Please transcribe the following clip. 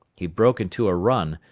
he broke into a run,